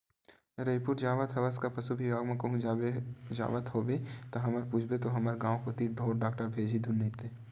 रइपुर जावत हवस का पसु बिभाग म कहूं जावत होबे ता हमर पूछबे तो हमर गांव कोती ढोर डॉक्टर भेजही धुन नइते